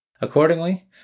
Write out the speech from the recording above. Accordingly